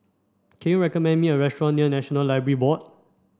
can you recommend me a restaurant near National Library Board